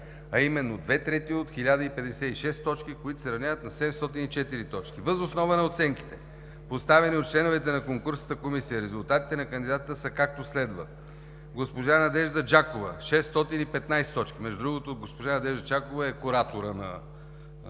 а именно две трети от 1056 точки, които се равняват на 704 точки. Въз основа на оценките, поставени от членовете на конкурсната комисия, резултатите на кандидата са, както следва: госпожа Надежда Джакова – 615 точки. Между другото, госпожа Надежда Джакова е кураторът на изложбата,